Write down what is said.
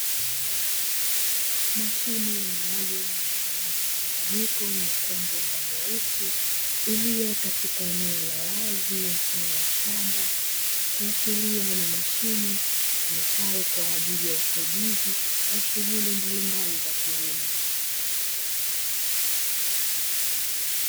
Mashine maalumu yenye rangi mchanganyiko nyekundu na nyeusi, iliyo katika eneo la wazi lenye mfano wa shamba, kuashiria ni mashine itumikayo kwa ajili ya usaidizi wa shughuli mbalimbali za kilimo.